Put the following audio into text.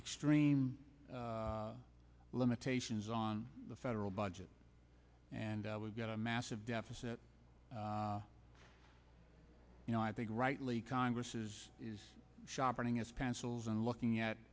extreme limitations on the federal budget and we've got a massive deficit you know i think rightly congress is sharpening us pencils and looking at